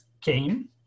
came